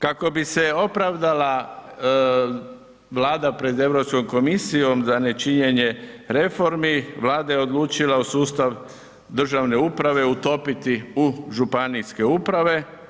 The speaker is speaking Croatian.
Kako bi se opravdala Vlada pred Europskom komisijom za nečinjenje reformi Vlada je odlučila sustav državne uprave utopiti u županijske uprave.